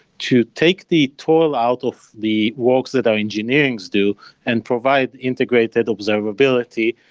to take the toll out of the work that our engineering do and provide integrated observability,